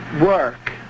work